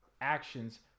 actions